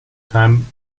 time